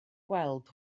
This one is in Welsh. gweld